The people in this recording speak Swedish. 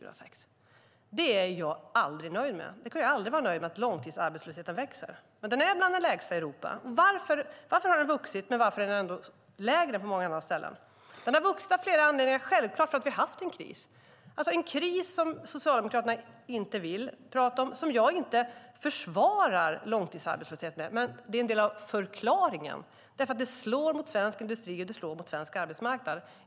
Det blir jag aldrig nöjd med. Jag kommer aldrig att vara nöjd med att långtidsarbetslösheten växer. Men den är bland de lägsta i Europa. Varför är det så att den har vuxit men ändå är lägre än på många andra ställen? Den har vuxit av flera anledningar. En är självklart att vi har haft en kris - en kris som Socialdemokraterna inte vill prata om. Jag försvarar inte långtidsarbetslösheten genom att skylla på krisen, men den är en del av förklaringen. En tuff skuld och finanskris slår mot svensk industri och svensk arbetsmarknad.